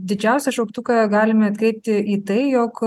didžiausią šauktuką galime atkreipti į tai jog